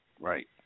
Right